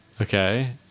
Okay